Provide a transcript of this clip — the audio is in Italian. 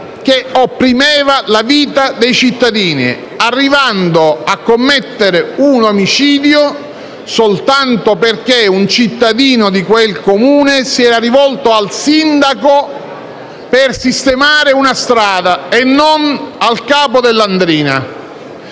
che opprimeva la vita dei cittadini. Si è giunti a commettere un omicidio soltanto perché un cittadino di quel Comune si era rivolto al sindaco per sistemare una strada e non al capo della 'ndrina.